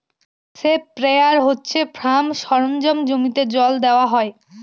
sprayer হচ্ছে farm সরঞ্জাম জমিতে জল দেওয়া হয়